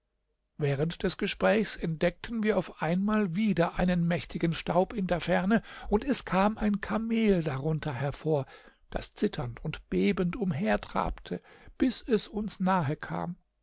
während des gesprächs entdeckten wir auf einmal wieder einen mächtigen staub in der ferne und es kam ein kamel darunter hervor das zitternd und bebend umhertrabte bis es uns nahe kam